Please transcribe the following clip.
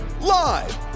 live